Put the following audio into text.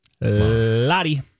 Lottie